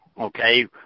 okay